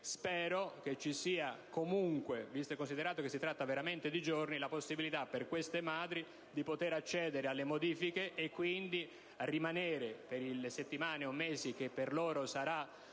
Spero che vi sia comunque, visto e considerato che si tratta veramente di giorni, la possibilità per queste madri di accedere alle modifiche e quindi di rimanere, per le settimane o mesi che per loro sarà